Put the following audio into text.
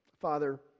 Father